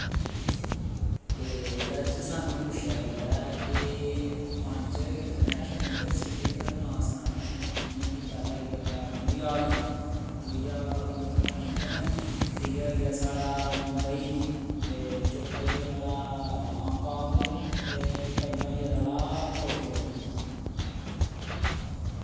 एह्दे च स्हानू पुच्छेआ गेदा ऐ कि पंज इंटरनैशनल सिटी दे स्हानू नांऽ सनाने ऐ जियां कि पैह्ले आइया साढ़ा न्यूयार्क दूआ होइया साढ़ा लंडन त्रीआ होइया साढ़ा मुंबई ते चौथा होइया साढ़ा हान्गकांग ते पञ्मा होइया साढ़ा टोक्यो